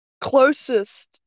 closest